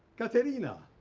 katarina.